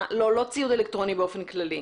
לא ציוד אלקטרוני באופן כללי.